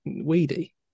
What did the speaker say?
weedy